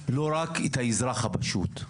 ולא רק את האזרח הפשוט.